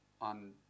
on